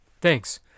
Thanks